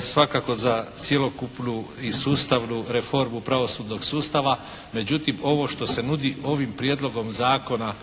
svakako za cjelokupnu i sustavnu reformu pravosudnog sustava. Međutim, ovo što se nudi ovim prijedlogom zakona